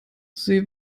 sie